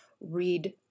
read